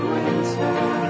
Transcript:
Winter